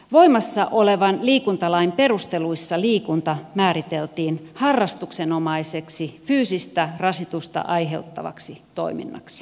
voimassa olevan liikuntalain perusteluissa liikunta määriteltiin harrastuksenomaiseksi fyysistä rasitusta aiheuttavaksi toiminnaksi